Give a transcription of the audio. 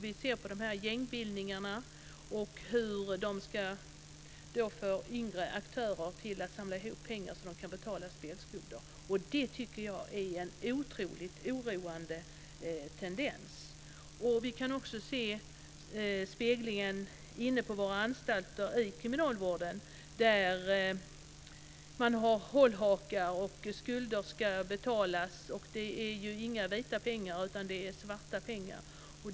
Vi ser på de här gängbildningarna och hur dessa ska få yngre aktörer att samla ihop pengar så att de kan betala spelskulder. Det tycker jag är en otroligt oroande tendens. Vi kan också se detta avspeglas inne på våra anstalter i kriminalvården. Man har hållhakar. Skulder ska betalas, och det är ju inga vita pengar utan det är svarta pengar.